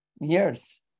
years